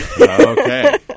Okay